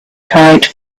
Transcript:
kite